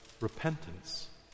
repentance